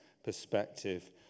Perspective